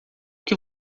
que